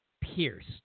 pierced